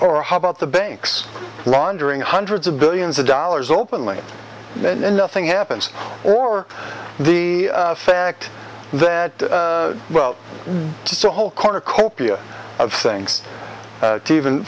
or how about the banks laundering hundreds of billions of dollars openly and nothing happens or the fact that well it's a whole cornucopia of things to even